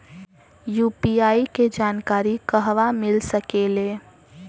UPI के जानकारी कहवा मिल सकेले?